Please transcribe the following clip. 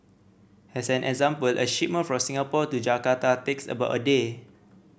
as an example a shipment from Singapore to Jakarta takes about a day